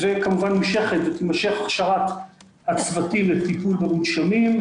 וכמובן תימשך הכשרת הצוותים לטיפול במונשמים.